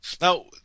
Now